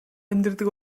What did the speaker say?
амьдардаг